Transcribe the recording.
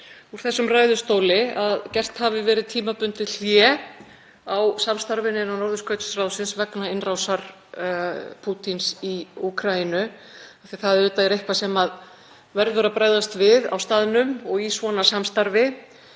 úr þessum ræðustóli að gert hafi verið tímabundið hlé á samstarfinu innan Norðurskautsráðsins vegna innrásar Pútíns í Úkraínu. Það er eitthvað sem verður að bregðast við á staðnum og í svona samstarfi.